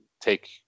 take